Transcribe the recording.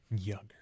Younger